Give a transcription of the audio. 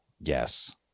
Yes